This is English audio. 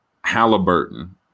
Halliburton